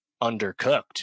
undercooked